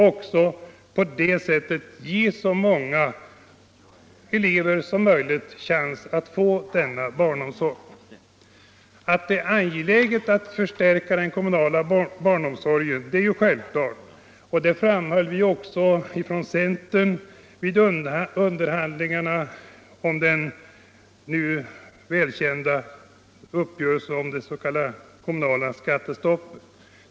Detta är ju enda sättet att ge så många som möjligt chans att få denna barnomsorg. Det är angeläget att förstärka den kommunala barnomsorgen. Det framhöll vi också från centerns sida vid underhandlingarna om den nu välkända uppgörelsen om det s.k. kommunala skattestoppet.